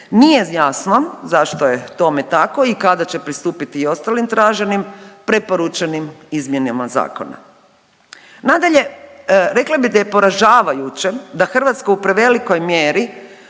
Nije jasno zašto je tome tako i kada će pristupiti i ostalim traženim preporučenim izmjenama zakona. Nadalje, rekla bih da je poražavajuće da u Hrvatska u prevelikoj mjeri